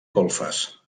golfes